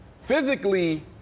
physically